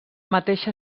mateixa